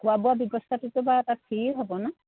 খোৱা বোৱা ব্যৱস্থাটোতো বাৰু তাত ফ্ৰী হ'ব ন